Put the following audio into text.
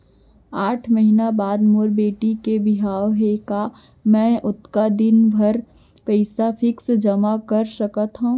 आठ महीना बाद मोर बेटी के बिहाव हे का मैं ओतका दिन भर पइसा फिक्स जेमा कर सकथव?